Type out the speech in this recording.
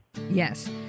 Yes